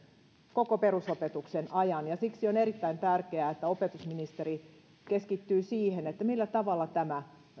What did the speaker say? koko perusopetuksen ajan siksi on erittäin tärkeää että opetusministeri keskittyy siihen millä tavalla tämä